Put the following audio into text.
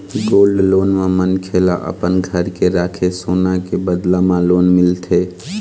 gold loan म मनखे ल अपन घर के राखे सोना के बदला म लोन मिलथे